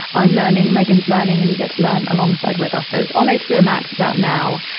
i'm learning megan's learning and you get to learn alongside with us. so it's on hbo max, it's out now.